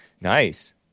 Nice